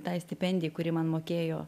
tai stipendijai kuri man mokėjo